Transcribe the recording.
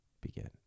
begin